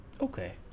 Okay